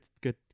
good